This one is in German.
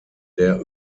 der